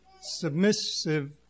submissive